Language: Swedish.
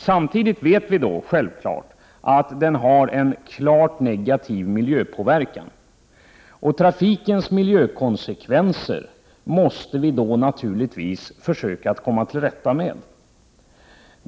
Samtidigt vet vi att bilen har en klart negativ miljöpåverkan, och trafikens miljökonsekvenser måste vi naturligtvis försöka komma till rätta med.